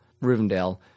Rivendell